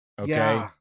Okay